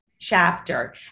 chapter